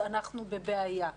אנחנו בבעיה.